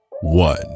one